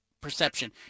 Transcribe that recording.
perception